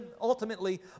ultimately